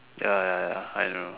ya ya ya I know